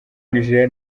nigeria